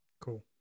cool